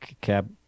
cab